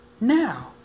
Now